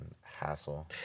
hassle